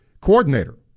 coordinator